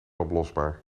oplosbaar